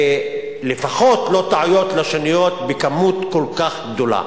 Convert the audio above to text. לפחות לא טעויות לשוניות בכמות כל כך גדולה.